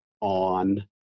on